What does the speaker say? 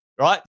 Right